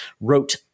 wrote